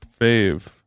fave